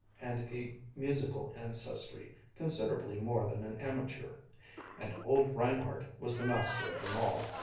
and a musical ancestry, considerably more than an amateur and old reinhardt was the master of them all.